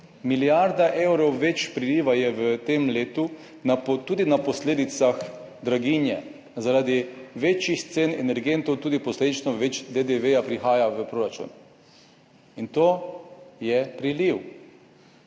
Milijarda evrov več priliva je v tem letu, tudi na posledicah draginje, zaradi višjih cen energentov prihaja posledično več DDV v proračun. In to je priliv.